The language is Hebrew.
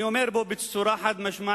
אני אומר פה בצורה חד-משמעית,